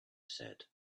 said